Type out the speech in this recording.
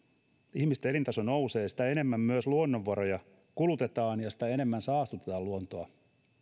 ihmisten elintaso nousee sitä enemmän myös luonnonvaroja kulutetaan ja sitä enemmän saastutetaan luontoa